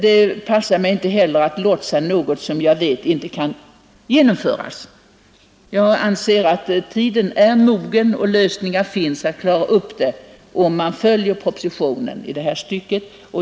Det passar mig inte heller att låtsas tro på något som jag vet inte kan genomföras. Därför anser jag att tiden är mogen för ett slopande av affärstidslagen; det finns lösningar på problemen, om man följer propositionen i det här stycket.